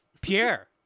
Pierre